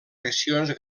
accions